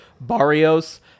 Barrios